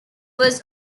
was